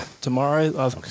tomorrow